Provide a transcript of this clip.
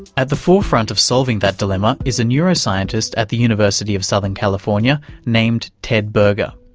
at the forefront of solving that dilemma is a neuroscientist at the university of southern california named ted berger.